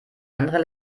andere